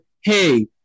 hey